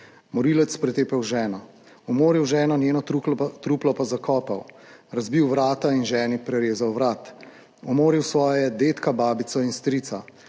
Morilec pretepel ženo, Umoril ženo, njeno truplo pa zakopal, Razbil vrata in ženi prerezal vrat, Umoril svojega dedka, babico in strica,